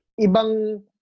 ibang